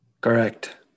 Correct